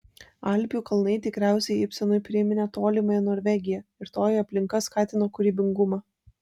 alpių kalnai tikriausiai ibsenui priminė tolimąją norvegiją ir toji aplinka skatino kūrybingumą